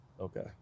Okay